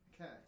Okay